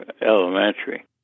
elementary